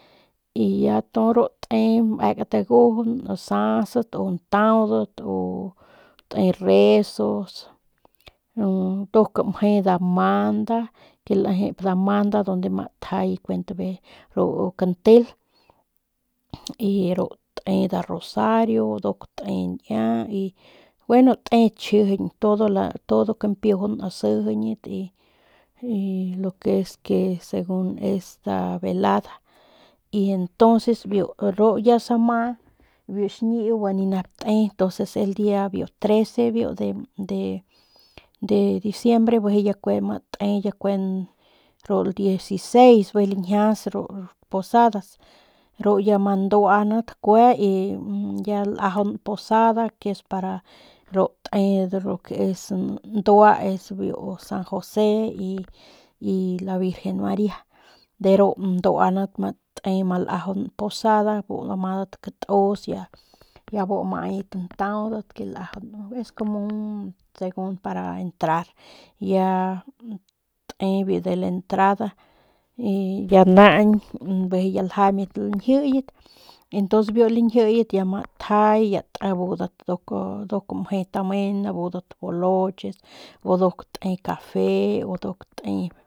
Y ya tu ru te mekat dagujun asasat o ntaudat o te resos nduk mje nda manda lejep nda manda pik ma tjay kuent ru kantel y ru te nda rosario nduk te ña y gueno te chjijiñ todo kampiujun asijiñat y y lo que es segun es nda velada y entonces biu ru ya sama biu xñiu bi ni nep te tu pues es el dia biu 13 biu de de diciembre bijiy ya kue ma te ru el 16 bijiy lañjias ru posadas ru ya ma nduanat kue y ya lajaun posada ke es para ru te lo que es ndua es biu san jose y la virgen maria de ru nduanat ma te ru lajaun posada ru amadat katus ya bu amayat ntaudat lagaun pues es segun para entrar ya te ya biu entrada ya naañ bijiy ya ljañbat lañjiiyat y ntons biu lañjiiyet ama tjay ya abudat nduk mje tamen abudat boloches o nduk te cafe y otro te.